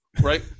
right